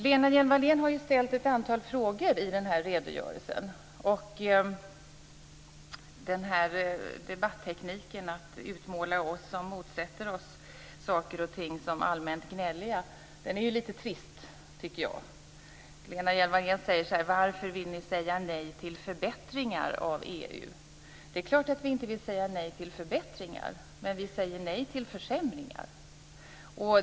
Lena Hjelm-Wallén ställde ett antal frågor i redogörelsen. Debattekniken att utmåla oss som motsätter oss saker och ting som allmänt gnälliga är litet trist, tycker jag. Lena Hjelm-Wallén frågar: Varför vill ni säga nej till förbättringar av EU? Det är klart att vi inte säger nej till förbättringar, men vi säger nej till försämringar.